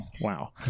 Wow